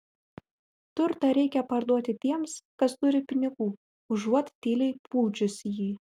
turtą reikia parduoti tiems kas turi pinigų užuot tyliai pūdžius jį